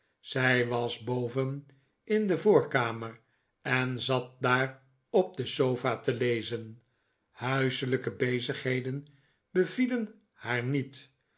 zij was boven in de voorkamer en zat daar op de sofa te lezen huiselijke bezigheden bevielen haar niet